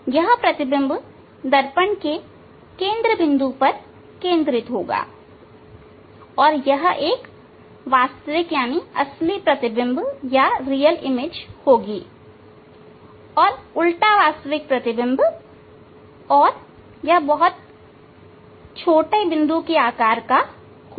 यह प्रतिबिंब दर्पण के केंद्र बिंदु पर केंद्रित होगा और यह एक असली प्रतिबिंब होगा और उल्टा वास्तविक प्रतिबिंब और यह बहुत छोटा बिंदु के आकार का होगा